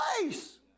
place